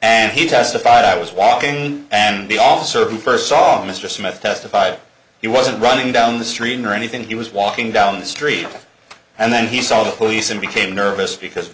and he testified i was walking and they all served first saw mr smith testified he wasn't running down the street or anything he was walking down the street and then he saw the police and became nervous because